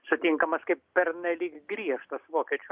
sutinkamas kaip pernelyg griežtas vokiečių